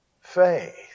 faith